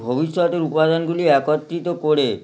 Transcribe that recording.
ভবিষ্যতের উপাদানগুলি একত্রিত করে